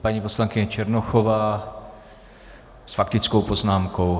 Paní poslankyně Černochová s faktickou poznámkou.